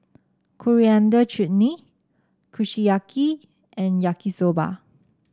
Coriander Chutney Kushiyaki and Yaki Soba